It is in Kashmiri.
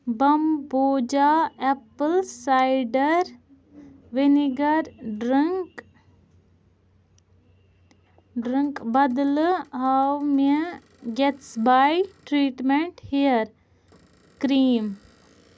بَمبوٗجا apple cider vinegar drink drink بدلہٕ آو مےٚ گٮ۪ٹٕسبَے ٹرٛیٖٹمٮ۪نٛٹ ہِیَر کرٛیٖم